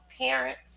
parents